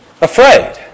afraid